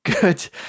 good